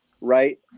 right